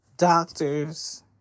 Doctors